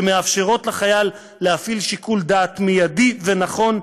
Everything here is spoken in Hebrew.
שמאפשרות לחייל להפעיל שיקול דעת מיידי ונכון,